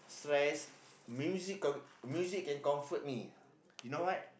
stress music co~ music can comfort me you know what